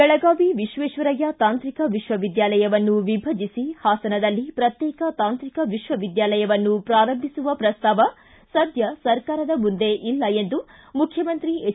ಬೆಳಗಾವಿ ವಿಶ್ವೇಶ್ವರಯ್ಯ ತಾಂತ್ರಿಕ ವಿಶ್ವವಿದ್ಯಾಲಯವನ್ನು ವಿಭಜಿಸಿ ಹಾಸನದಲ್ಲಿ ಪ್ರಕ್ಶೇಕ ತಾಂತ್ರಿಕ ವಿಶ್ವವಿದ್ಯಾಲಯವನ್ನು ಪ್ರಾರಂಭಿಸುವ ಪ್ರಸ್ತಾವ ಸದ್ಯ ಸರ್ಕಾರದ ಮುಂದೆ ಇಲ್ಲ ಎಂದು ಮುಖ್ಯಮಂತ್ರಿ ಹೆಚ್